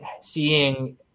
seeing